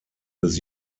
des